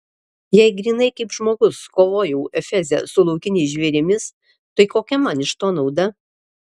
jei grynai kaip žmogus kovojau efeze su laukiniais žvėrimis tai kokia man iš to nauda